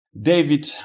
David